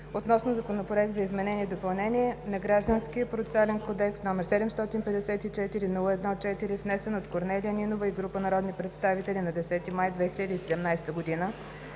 относно Законопроект за изменение и допълнение на Гражданския процесуален кодекс, № 754-01-4, внесен от Корнелия Нинова и група народни представители на 10 май 2017 г.,